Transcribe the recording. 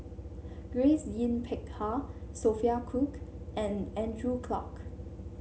Grace Yin Peck Ha Sophia Cooke and Andrew Clarke